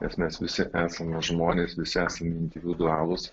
nes mes visi esame žmonės visi esame individualūs